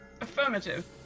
Affirmative